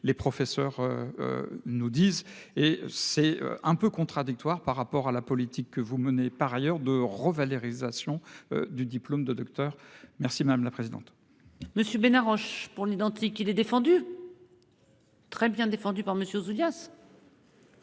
les professeurs. Nous disent et c'est un peu contradictoire par rapport à la politique que vous menez. Par ailleurs, de revalorisation. Du diplôme de Docteur, merci madame la présidente. Monsieur Bena arrange pour l'identique il est défendu. Très bien défendu par monsieur Julia.